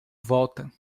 volta